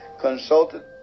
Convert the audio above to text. consulted